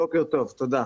בוקר טוב, תודה.